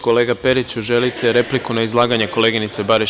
Kolega Periću, želite repliku na izlaganje koleginice Barišić?